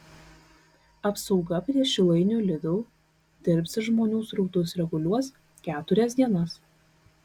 apsauga prie šilainių lidl dirbs ir žmonių srautus reguliuos keturias dienas